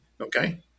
okay